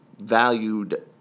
valued